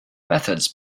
methods